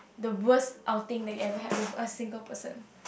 the worse outing that you ever had with a single person